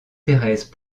thérèse